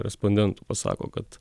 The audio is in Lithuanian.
respondentų pasako kad